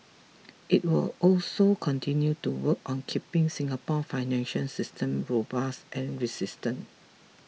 it will also continue to work on keeping Singapore's financial system robust and resistant